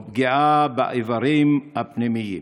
ופגיעה באיברים הפנימיים.